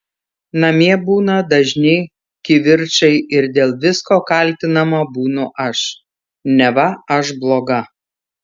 namie būna dažni kivirčai ir dėl visko kaltinama būnu aš neva aš bloga